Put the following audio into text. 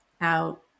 out